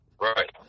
Right